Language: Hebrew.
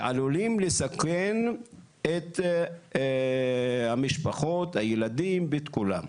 שעלולים לסכן את המשפחות, הילדים ואת כולם.